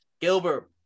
Gilbert